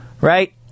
Right